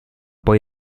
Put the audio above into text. poi